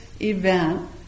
event